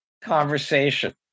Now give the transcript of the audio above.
conversation